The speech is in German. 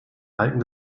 alten